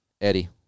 Eddie